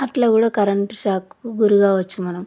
అట్లా కూడా కరెంటు షాక్కు గురికావచ్చు మనం